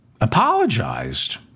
apologized